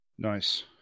Nice